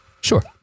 sure